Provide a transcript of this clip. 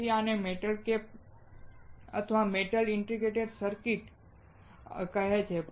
તેથી આને metal can IC અથવા મેટલ ઇન્ટિગ્રેટેડ સર્કિટ કહે છે